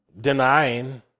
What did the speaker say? denying